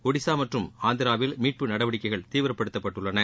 ஒடிசா மற்றும் ஆந்திராவில் மீட்பு நடவடிக்கைகள் தீவிரப்படுத்தப்பட்டுள்ளன